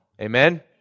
Amen